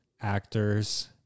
actors